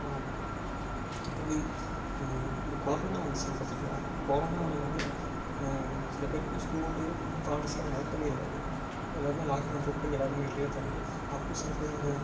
ஆம் இப்போ வந்து இந்த கொரோனா வந்துச்சு பார்த்திங்களா கொரானோவில் வந்து சில பேருக்கு ஸ்கூலு காலேஜ்லாம் நடக்கவே இல்லை எல்லாருக்குமே லாக்டவுன் போட்டு எல்லாரையுமே வீட்டிலியே இருந்தாங்க அப்போ சில பேர் வந்து